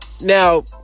now